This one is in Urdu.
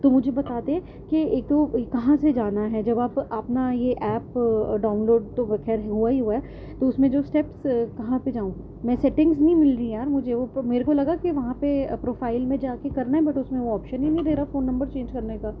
تو مجھے بتا دے کہ ایک تو کہاں سے جانا ہے جب آپ اپنا یہ ایپ ڈاؤن لوڈ تو وہ خیر ہوا ہی ہوا ہے تو اس میں جو اسٹپس کہاں پہ جاؤں میں سیٹنگس نہیں مل رہیں یار مجھے وہ میرے کو لگا کہ وہاں پہ پروفائل میں جا کے کرنا ہے بٹ اس میں وہ آپشن ہی نہیں دے رہا فون نمبر چینج کرنے کا